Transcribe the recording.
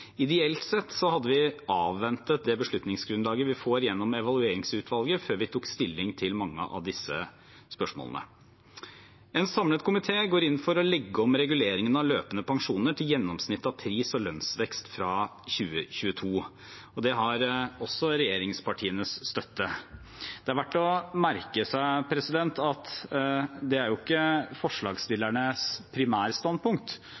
Ideelt sett hadde vi avventet det beslutningsgrunnlaget vi får gjennom evalueringsutvalget, før vi tok stilling til mange av disse spørsmålene. En samlet komité går inn for å legge om reguleringen av løpende pensjoner til gjennomsnittet av pris- og lønnsvekst fra 2022. Dette har også regjeringspartienes støtte. Det er verdt å merke seg at det er ikke